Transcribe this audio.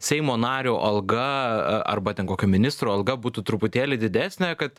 seimo nario alga arba ten kokio ministro alga būtų truputėlį didesnė kad